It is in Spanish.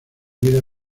vida